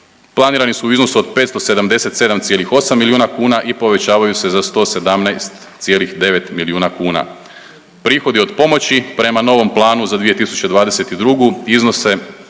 planirani su u iznosu od 577,8 milijuna kuna i povećavaju se za 117,9 milijuna kuna. Prihodi od pomoći prema novom planu za 2022. iznose